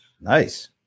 Nice